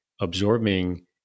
absorbing